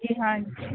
ਜੀ ਹਾਂ